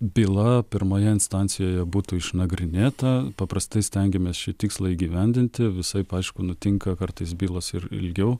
byla pirmoje instancijoje būtų išnagrinėta paprastai stengiamės šį tikslą įgyvendinti visaip aišku nutinka kartais bylos ir ilgiau